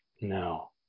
No